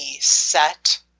set